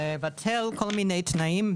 לבטל כל מיני תנאים,